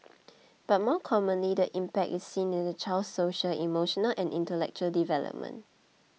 but more commonly the impact is seen in the child's social emotional and intellectual development